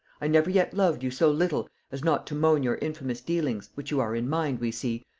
i never yet loved you so little as not to moan your infamous dealings, which you are in mind, we see,